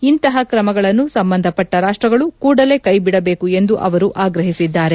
ಇಂತಹ ಕ್ರಮಗಳನ್ನು ಸಂಬಂಧಪಟ್ಟ ರಾಷ್ಟಗಳು ಕೂಡಲೇ ಕೈಬಿಡಬೇಕು ಎಂದು ಅವರು ಆಗ್ರಹಿಸಿದ್ದಾರೆ